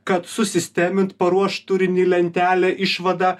kad susistemint paruošt turinį lentelę išvadą